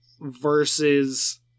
versus